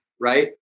right